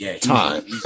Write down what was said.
time